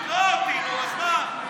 תקרא אותי, נו, אז מה.